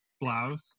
blouse